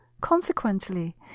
Consequently